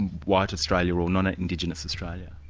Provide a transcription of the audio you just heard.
white australia or non-indigenous australia?